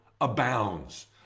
abounds